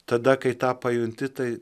tada kai tą pajunti tai